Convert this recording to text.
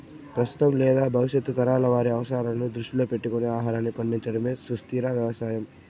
ప్రస్తుతం లేదా భవిష్యత్తు తరాల వారి అవసరాలను దృష్టిలో పెట్టుకొని ఆహారాన్ని పండించడమే సుస్థిర వ్యవసాయం